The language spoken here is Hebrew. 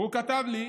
והוא כתב לי.